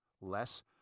Less